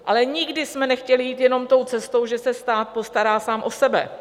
Ale nikdy jsme nechtěli jít jenom tou cestou, že se stát postará sám o sebe.